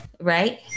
right